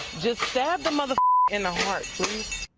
just stab um ah the in the heart, please.